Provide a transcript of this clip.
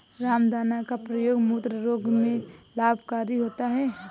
रामदाना का प्रयोग मूत्र रोग में लाभकारी होता है